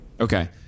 Okay